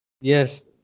yes